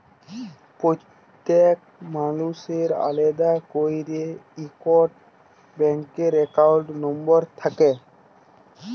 প্যত্তেক মালুসের আলেদা ক্যইরে ইকট ব্যাংক একাউল্ট লম্বর থ্যাকে